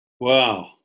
Wow